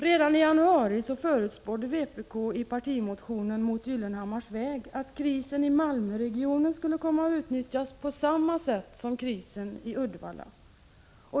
Redan i januari förutspådde vpk i sin partimotion ”Gyllenhammars väg” att krisen i Malmöregionen skulle komma att utnyttjas på samma sätt som krisen i Uddevalla.